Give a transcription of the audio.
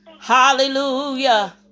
Hallelujah